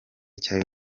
cya